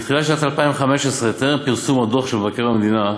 בתחילת שנת 2015, טרם פרסום הדוח של מבקר המדינה,